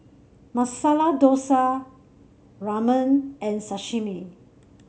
Masala Dosa Ramen and Sashimi